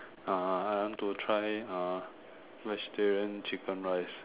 uh I want to try uh vegetarian chicken rice